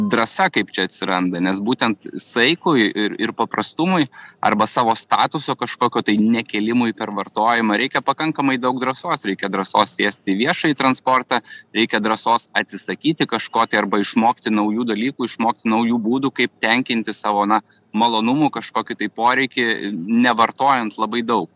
drąsa kaip čia atsiranda nes būtent saikui ir ir paprastumui arba savo statuso kažkokio tai ne kėlimui per vartojimą reikia pakankamai daug drąsos reikia drąsos sėsti į viešąjį transportą reikia drąsos atsisakyti kažko tai arba išmokti naujų dalykų išmokti naujų būdų kaip tenkinti savo na malonumų kažkokį tai poreikį nevartojant labai daug